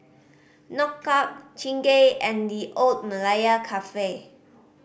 Knockout Chingay and The Old Malaya Cafe